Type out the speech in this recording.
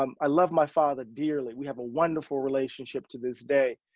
um i love my father dearly. we have a wonderful relationship to this day.